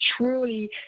truly